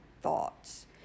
thoughts